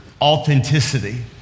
authenticity